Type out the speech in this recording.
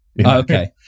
Okay